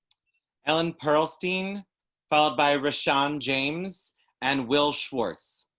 ellen perlstein followed by russian james and will schwartz.